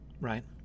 right